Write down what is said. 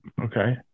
Okay